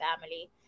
family